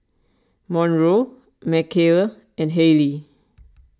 Monroe Mckayla and Hayley